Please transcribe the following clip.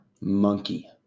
Monkey